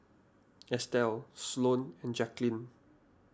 Estelle Sloane and Jacquelynn